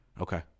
okay